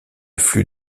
flux